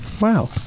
Wow